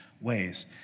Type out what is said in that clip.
ways